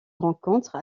rencontre